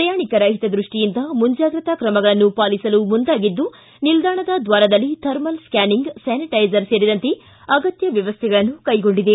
ಪ್ರಯಾಣಿಕರ ಹಿತದ್ಯಷ್ಟಿಯಿಂದ ಮುಂಜಾಗ್ರತಾ ಕ್ರಮಗಳನ್ನು ಪಾಲಿಸಲು ಮುಂದಾಗಿದ್ದು ನಿಲ್ದಾಣದ ದ್ವಾರದಲ್ಲಿ ಥರ್ಮಲ್ ಸ್ಕಾನಿಂಗ್ ಸ್ಕಾನಿಟೈಸರ್ ಸೇರಿದಂತೆ ಅಗತ್ಯ ಮ್ಕವಸ್ಥೆಗಳನ್ನು ಕೈಗೊಂಡಿದೆ